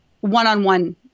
one-on-one